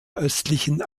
östlichen